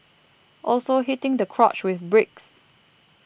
also hitting the crotch with bricks